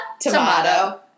Tomato